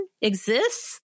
exists